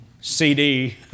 CD